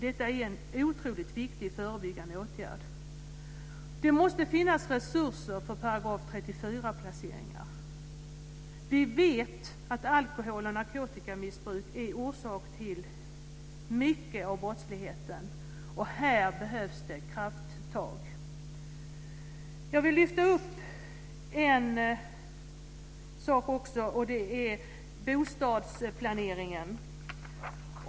Detta är en otroligt viktig förebyggande åtgärd. Det måste finnas resurser för § 34-placeringar. Vi vet att alkohol och narkotikamissbruk är orsak till mycket av brottsligheten. Här behövs det krafttag. Jag vill lyfta upp ytterligare en sak, och det är bostadsplaneringen.